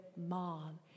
mom